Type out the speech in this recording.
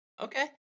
okay